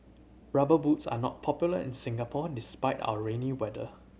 Rubber Boots are not popular in Singapore despite our rainy weather